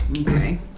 Okay